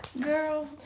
Girl